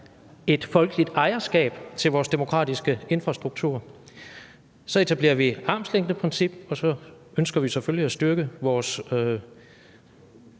et folkeligt ejerskab til vores demokratiske infrastruktur. Så etablerer vi armslængdeprincip, og så ønsker vi selvfølgelig at styrke vores